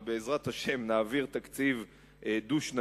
אבל בעזרת השם נעביר תקציב דו-שנתי,